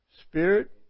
spirit